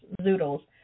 zoodles